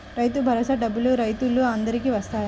రైతు భరోసా డబ్బులు రైతులు అందరికి వస్తాయా?